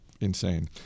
insane